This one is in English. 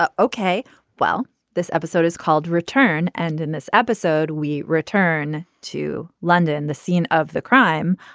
ah ok well this episode is called return. and in this episode we return to london and the scene of the crime.